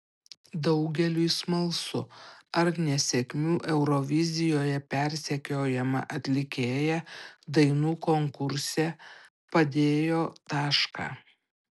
daugeliui smalsu ar nesėkmių eurovizijoje persekiojama atlikėja dainų konkurse padėjo tašką